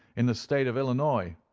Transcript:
in the state of illinois,